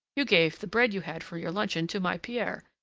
you gave the bread you had for your luncheon to my pierre,